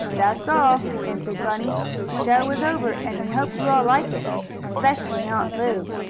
that's all, answered bunny. the show is over, and we hope you all like it specially aunt lu.